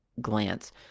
glance